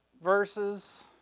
verses